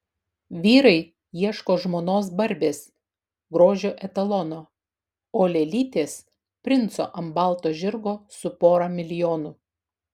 vyrai ieško žmonos barbės grožio etalono o lėlytės princo ant balto žirgo su pora milijonų